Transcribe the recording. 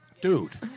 Dude